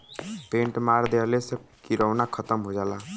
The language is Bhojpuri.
पेंट मार देहले से किरौना खतम हो जाला